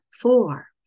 Four